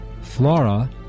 Flora